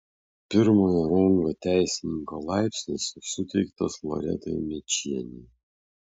pirmojo rango teisininko laipsnis suteiktas loretai mėčienei